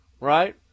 right